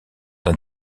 d’un